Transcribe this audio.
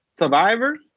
Survivor